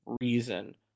reason